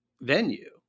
venue